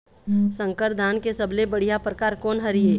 संकर धान के सबले बढ़िया परकार कोन हर ये?